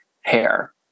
hair